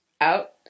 out